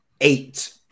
eight